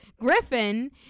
griffin